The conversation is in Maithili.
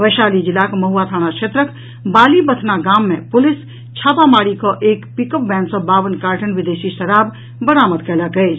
वैशाली जिलाक महुआ थाना क्षेत्रक बाली बथना गाम मे पुलिस छापामारी कऽ एक पिकअप वैन सॅ बावन कार्टन विदेशी शराब बरामद कयलक अछि